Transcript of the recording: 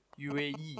UAE